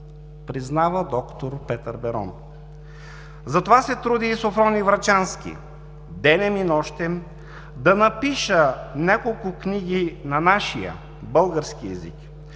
признава д-р Петър Берон. За това се труди и Софроний Врачански: „…денем и нощем да напиша няколко книги на нашия български език.